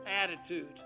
attitude